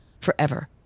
forever